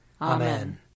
Amen